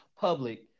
public